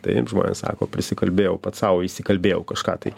taip žmonės sako prisikalbėjau pats sau įsikalbėjau kažką tai